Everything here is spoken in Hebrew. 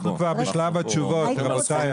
אנחנו כבר בשלב התשובות, רבותיי.